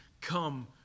come